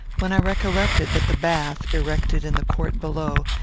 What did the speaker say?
when i recollected that the bath, erected in the court below,